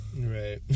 Right